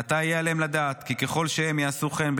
מעתה יהיה עליהם לדעת כי ככל שהם יעשו כן,